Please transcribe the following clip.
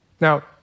Now